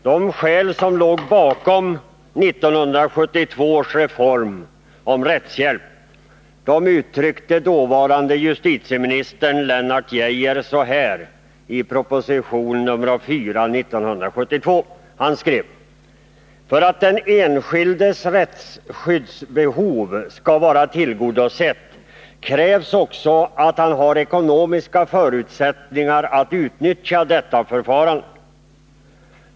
De skäl som låg bakom 1972 års reform om rättshjälp uttryckte dåvarande justitieministern Lennart Geijer så här i proposition nr 4 1972: ”För att den enskildes rättsskyddsbehov skall vara tillgodosett krävs också att han har ekonomiska förutsättningar att utnyttja detta förfarande.